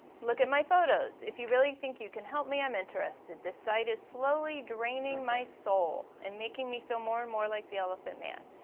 look at my photos. if you really think you can help me, i'm interested. this site is slowly draining my soul and making me feel more and more like the elephant man.